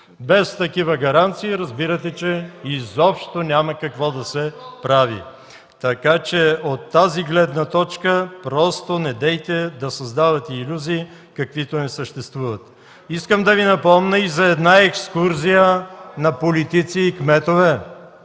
Без такива гаранции, разбира се, че изобщо няма какво да се прави. От тази гледна точка: не създавайте илюзии, каквито не съществуват! Искам да Ви напомня за една екскурзия на политици и кметове.